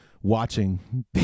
watching